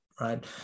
right